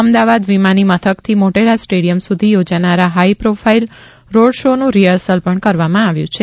અમદાવાદ વિમાની મથકથી મોટેરા સ્ટેડીયમ સુધી યોજાનારા હાઇ પ્રોફાઇલ રોડ શો નું રિહર્સલ પણ કરવામાં આવ્યું છે